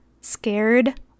scared